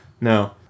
No